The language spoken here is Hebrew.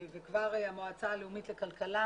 תוך 90 ימים את המסקנות וכבר המועצה הלאומית לכלכלה